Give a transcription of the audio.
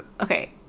okay